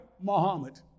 Muhammad